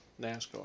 nascar